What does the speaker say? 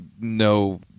no